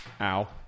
ow